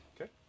Okay